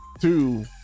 Two